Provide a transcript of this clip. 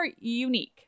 unique